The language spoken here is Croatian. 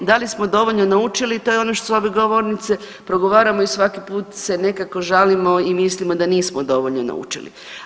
Da li smo dovoljno naučili to je ono što sa ove govornice progovaramo i svaki put se nekako žalimo i mislimo da nismo dovoljno naučili.